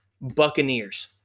Buccaneers